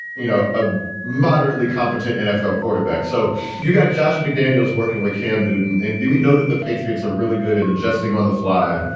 you know, a moderately competent nfl quarterback. so you got josh mcdaniels working with cam newton. do we know that the patriots are really good at adjusting on the fly?